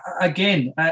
again